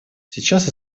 сейчас